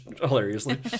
hilariously